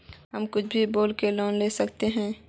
हम कुछ भी बोल के लोन ला सके हिये?